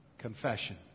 confession